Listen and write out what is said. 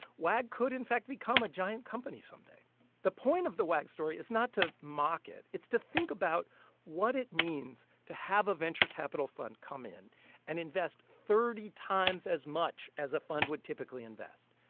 wag could, in fact, become a giant company someday the point of the wag story is not to mock it. it's to think about what it means to have a venture capital fund come in and invest thirty times as much as a fund would typically invest.